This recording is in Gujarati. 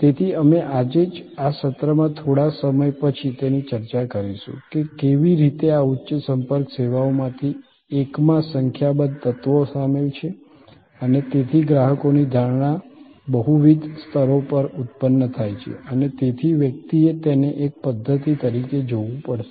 તેથી અમે આજે જ આ સત્રમાં થોડા સમય પછી તેની ચર્ચા કરીશું કે કેવી રીતે આ ઉચ્ચ સંપર્ક સેવાઓમાંથી એકમાં સંખ્યાબંધ તત્વો સામેલ છે અને તેથી ગ્રાહકોની ધારણા બહુવિધ સ્તરો પર ઉત્પન્ન થાય છે અને તેથી વ્યક્તિએ તેને એક પધ્ધતિ તરીકે જોવું પડશે